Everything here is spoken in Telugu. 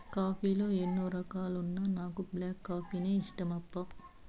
కాఫీ లో ఎన్నో రకాలున్నా నాకు బ్లాక్ కాఫీనే ఇష్టమప్పా